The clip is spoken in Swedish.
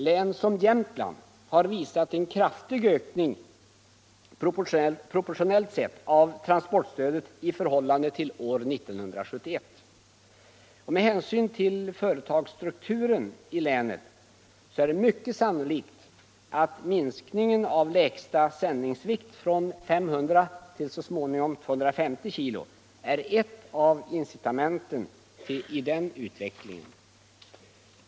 Län som Jämtland har visat en kraftig ökning av transportstödet i förhållande till år 1971. Med hänsyn till företagsstrukturen i länet är det mycket sannolikt att minskningen av lägsta sändningsvikt från 500 kg till 250 kg är ett av incitamenten till den utvecklingen.